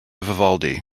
vivaldi